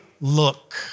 look